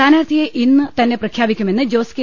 സ്ഥാനാർത്ഥിയെ ഇന്ന് തന്നെ പ്രഖ്യാപിക്കുമെന്ന് ജോസ് കെ